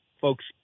folks